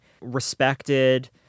respected